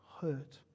Hurt